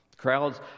crowds